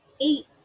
Eight